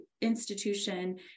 institution